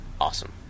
awesome